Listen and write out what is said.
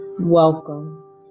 Welcome